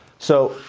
so,